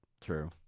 true